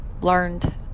learned